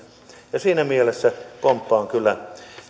ja siinä mielessä komppaan kyllä